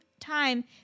time